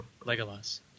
Legolas